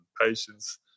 patience